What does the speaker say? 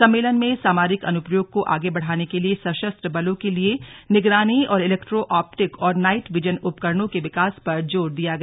सम्मेलन में सामरिक अनुप्रयोगों को आगे बढ़ाने के लिए सशस्त्र बलों के लिए निगरानी और इलेक्ट्रो ऑप्टिक और नाइट विजन उपकरणों के विकास पर जोर दिया गया